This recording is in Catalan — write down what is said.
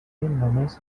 només